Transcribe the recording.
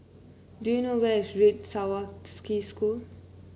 do you know where is Red Swastika School